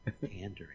Pandering